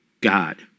God